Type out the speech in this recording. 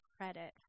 credit